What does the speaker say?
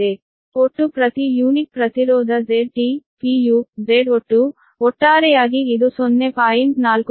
ಒಟ್ಟು ಪ್ರತಿ ಯೂನಿಟ್ ಪ್ರತಿರೋಧ ZT Z ಒಟ್ಟು ಒಟ್ಟಾರೆಯಾಗಿ ಇದು 0